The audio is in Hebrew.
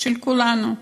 של כולנו.